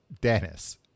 Dennis